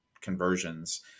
conversions